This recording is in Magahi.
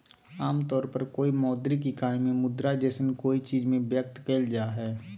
आमतौर पर कोय मौद्रिक इकाई में मुद्रा जैसन कोय चीज़ में व्यक्त कइल जा हइ